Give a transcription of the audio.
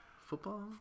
football